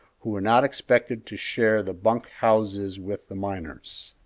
who were not expected to share the bunk-houses with the miners.